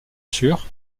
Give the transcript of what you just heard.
sur